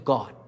God